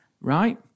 right